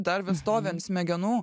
dar vis stovi ant smegenų